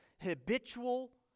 habitual